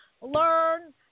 learn